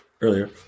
earlier